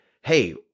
hey